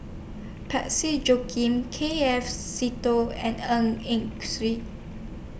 Parsick Joaquim K F Seetoh and Ng Yak Swhee